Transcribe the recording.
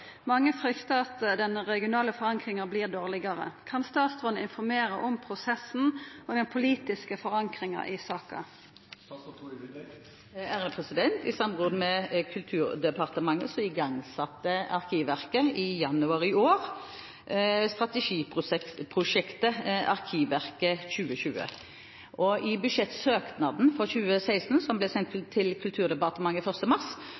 Mange frykter at den regionale forankringen blir dårligere. Kan statsråden informere om prosessen og den politiske forankringen i saken?» I samråd med Kulturdepartementet igangsatte Arkivverket i januar i år strategiprosjektet Arkivverket 2020. I budsjettsøknaden for 2016, som ble sendt til Kulturdepartementet 1. mars,